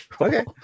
Okay